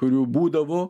kurių būdavo